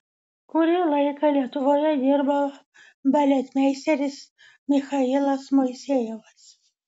kurį laiką lietuvoje dirbo baletmeisteris michailas moisejevas